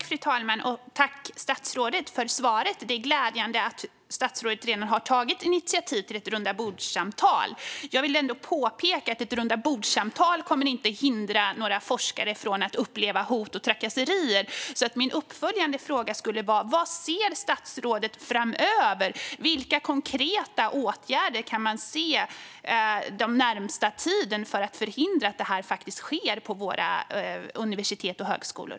Fru talman! Jag tackar statsrådet för svaret. Det är glädjande att statsrådet redan har tagit initiativ till ett rundabordssamtal. Låt mig dock påpeka att ett rundabordssamtal inte kommer att hindra några forskare från att uppleva hot och trakasserier. Min uppföljande fråga blir därför: Vilka konkreta åtgärder tänker statsrådet vidta den närmaste tiden för att förhindra att detta sker på våra universitet och högskolor?